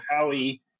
Howie